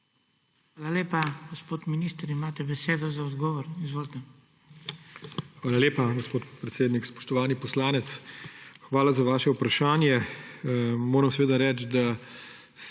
Hvala lepa. Gospod minister, imate besedo za odgovor. Izvolite. ALEŠ HOJS: Hvala lepa, gospod predsednik. Spoštovani poslanec, hvala za vaše vprašanje. Moram seveda reči, da so